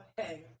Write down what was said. hey